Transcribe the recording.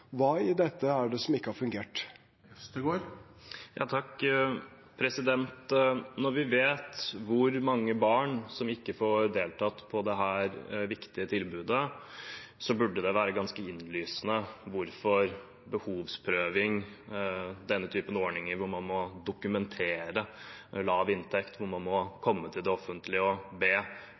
hva i dette er det som ikke har fungert? Når vi vet hvor mange barn som ikke får deltatt på dette viktige tilbudet, burde det være ganske innlysende hvorfor behovsprøving – den typen ordning hvor man må dokumentere lav inntekt, hvor man må komme til det offentlige og be